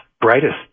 brightest